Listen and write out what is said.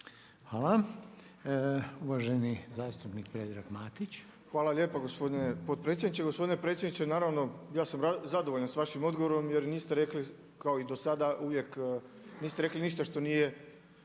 Hvala. Uvaženi zastupnik Predrag Matić. **Matić, Predrag Fred (SDP)** Hvala lijepa gospodine potpredsjedniče. Gospodine predsjedniče, naravno ja sam zadovoljan sa vašim odgovorom jer niste rekli kao i do sada uvijek, niste rekli ništa što nije